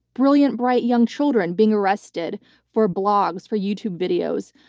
brilliant, bright young children being arrested for blogs, for youtube videos,